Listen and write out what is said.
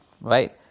Right